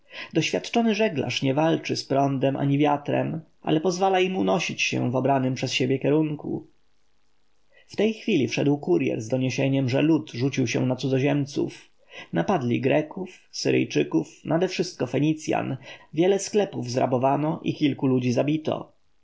doświadczony żeglarz nie walczy z prądem ani wiatrem ale pozwala im unosić się w obranym przez siebie kierunku w tej chwili wszedł kurjer z doniesieniem że lud rzucił się na cudzoziemców napadli greków syryjczyków nadewszystko fenicjan wiele sklepów zrabowano i kilku ludzi zabito